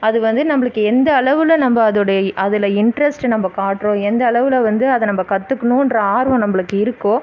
அது வந்து நம்பளுக்கு எந்த அளவில் நம்ப அதோடைய அதில் இன்ட்ரஸ்ட் நம்ப காட்டுறோம் எந்த அளவில் வந்து அதை நம்ப கற்றுக்கணுன்ற ஆர்வம் நம்பளுக்கு இருக்கோ